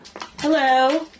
Hello